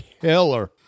killer